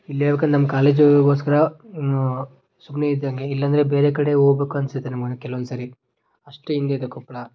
ಇಲ್ಲೇ ಉಳ್ಕಂಡ್ ನಮ್ಮ ಕಾಲೇಜುಗೋಸ್ಕರ ಸುಮ್ಮನೆ ಇದ್ದಂಗೆ ಇಲ್ಲಾಂದ್ರೆ ಬೇರೆ ಕಡೆ ಹೋಬೇಕು ಅನ್ನಿಸುತ್ತೆ ನಮಗೆ ಕೆಲವೊಂದು ಸಾರಿ ಅಷ್ಟು ಹಿಂದಿದೆ ಕೊಪ್ಪಳ